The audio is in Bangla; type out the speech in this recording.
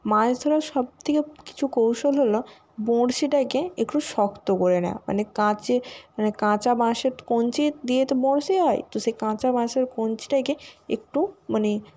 মাছ ধরার সবথেকে কিছু কৌশল হল বঁড়শিটাকে একটু শক্ত করে নেওয়া মানে কাঁচে মানে কাঁচা বাঁশের কঞ্চি দিয়ে তো বঁড়শি হয় তো সেই কাঁচা বাঁশের কঞ্চিটাকে একটু মানে